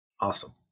Awesome